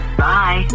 bye